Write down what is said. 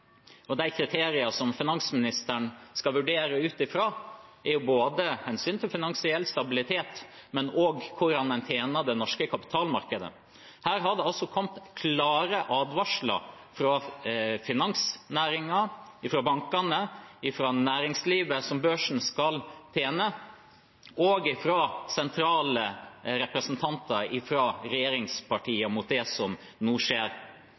og de kriteriene som finansministeren skal vurdere ut fra, er både hensynet til finansiell stabilitet og hvordan en tjener det norske kapitalmarkedet. Det har kommet klare advarsler fra finansnæringen, fra bankene, fra næringslivet, som børsen skal tjene, og fra sentrale representanter fra regjeringspartiene mot det som nå skjer.